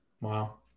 Wow